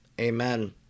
Amen